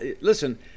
Listen